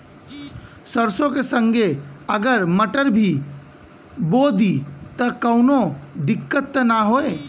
सरसो के संगे अगर मटर भी बो दी त कवनो दिक्कत त ना होय?